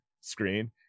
screen